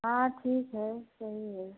हाँ ठीक है सही है